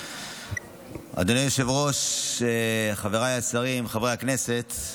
אדוני היושב-ראש, חבריי השרים, חברי הכנסת,